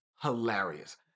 hilarious